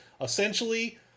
essentially